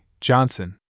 Johnson